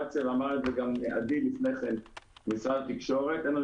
ואמר את זה גם עדי ממשרד התקשורת: אין לנו